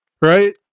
right